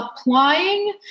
applying